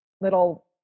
little